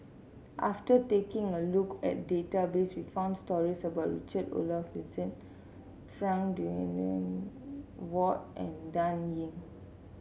after taking a look at the database we found stories about Richard Olaf Winstedt Frank Dorrington Ward and Dan Ying